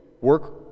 work